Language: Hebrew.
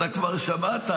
אתה כבר שמעת,